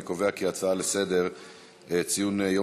אני קובע כי ההצעות לסדר-היום בדבר ציון יום